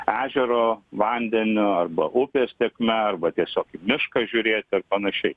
ežero vandeniu arba upės tėkme arba tiesiog į mišką žiūrėti ar panašiai